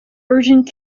urgent